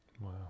Wow